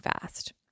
fast